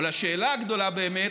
או לשאלה הגדולה באמת: